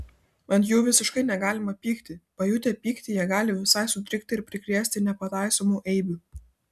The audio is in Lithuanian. ant jų visiškai negalima pykti pajutę pyktį jie gali visai sutrikti ir prikrėsti nepataisomų eibių